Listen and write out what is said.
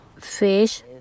fish